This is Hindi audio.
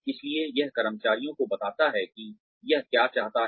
इसलिए यह कर्मचारियों को बताता है कि वह क्या चाहता है